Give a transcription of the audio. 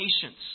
patience